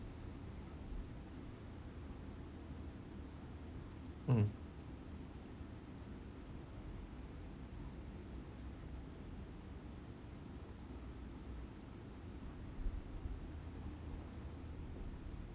mm